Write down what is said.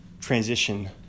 transition